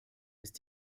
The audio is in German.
ist